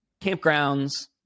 campgrounds